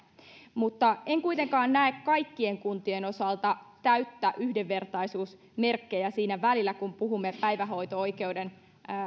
pitää vaihtaa en kuitenkaan näe kaikkien kuntien osalta täysin yhdenvertaisuusmerkkejä siinä välillä kun puhumme päivähoito oikeuden